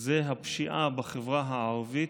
היא הפשיעה בחברה הערבית,